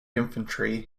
infantry